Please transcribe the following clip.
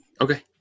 Okay